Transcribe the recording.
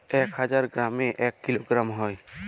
এক হাজার গ্রামে এক কিলোগ্রাম হয়